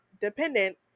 DEPENDENT